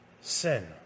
Sin